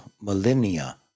millennia